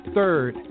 Third